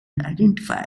identified